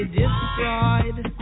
destroyed